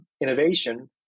innovation